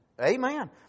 amen